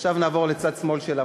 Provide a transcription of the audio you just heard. עכשיו נעבור לצד שמאל של המפה,